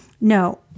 No